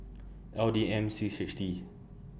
L D M six H T